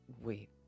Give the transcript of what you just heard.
Wait